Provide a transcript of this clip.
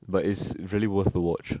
but it's really worth a watch